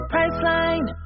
Priceline